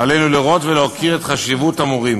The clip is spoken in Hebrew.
עלינו לראות ולהוקיר את חשיבות המורים,